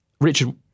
Richard